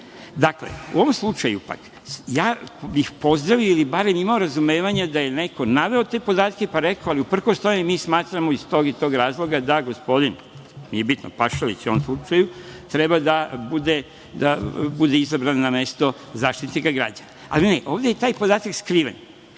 u ovom slučaju pak, ja bih pozdravio, ili barem imao razumevanja da je neko naveo te podatke pa rekao, ali uprkos tome mi smatramo iz tog i tog razloga, da gospodin, nije bitno, Pašalić, u ovom slučaju, treba da bude izabran na mesto Zaštitnika građana. Ali ne, ovde je taj podatak skriven,